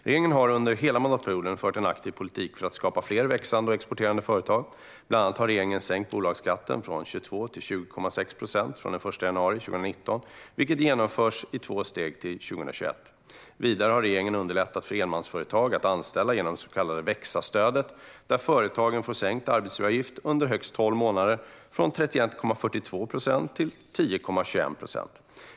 Regeringen har under hela mandatperioden fört en aktiv politik för att det ska skapas fler, växande och exporterande företag. Bland annat har regeringen sänkt bolagsskatten från 22 till 20,6 procent från den 1 januari 2019, vilket genomförs i två steg till 2021. Vidare har regeringen underlättat för enmansföretag att anställa genom det så kallade växa-stödet som ger företagen sänkt arbetsgivaravgift under högst tolv månader, från 31,42 procent till 10,21 procent.